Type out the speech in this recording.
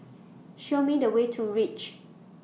Show Me The Way to REACH